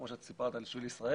כמו שאת סיפרת על שביל ישראל.